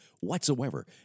whatsoever